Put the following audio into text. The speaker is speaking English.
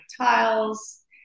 tiles